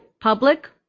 public